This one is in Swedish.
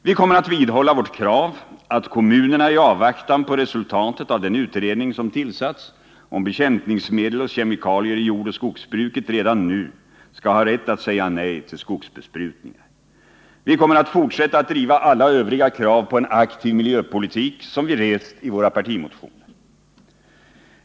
Vi kommer att vidhålla vårt krav att kommunerna i avvaktan på resultatet av den utredning som tillsatts om bekämpningsmedel och kemikalier i jordoch skogsbruket redan nu skall ha rätt att säga nej till skogsbesprutningar. Vi kommer att fortsätta att driva alla övriga krav på en aktiv miljöpolitik som vi rest i våra partimotioner.